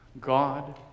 God